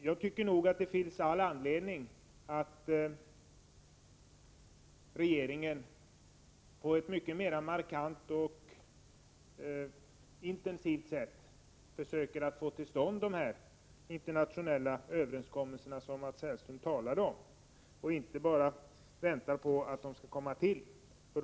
Jag tycker att regeringen har all anledning att på ett mycket mera intensivt sätt försöka få till stånd de internationella överenskommelser som Mats Hellström talar om, inte bara vänta på att de skall träffas.